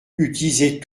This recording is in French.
utiliser